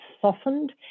softened